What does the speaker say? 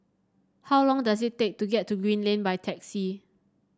how long does it take to get to Green Lane by taxi